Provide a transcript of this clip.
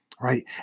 right